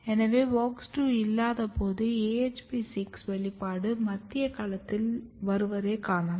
எனவே WOX2 இல்லாதபோது AHP6 வெளிப்பாடு மத்திய களத்தில் வருவதைக் காணலாம்